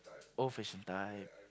old fashion type